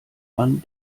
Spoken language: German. man